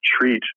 treat